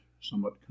somewhat